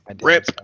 RIP